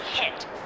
hit